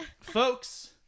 Folks